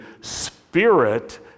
spirit